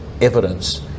evidence